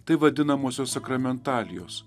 tai vadinamosios sakramentalijos